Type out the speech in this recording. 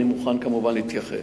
אני מוכן כמובן להתייחס.